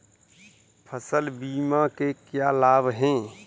फसल बीमा के क्या लाभ हैं?